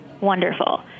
wonderful